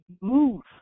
move